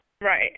Right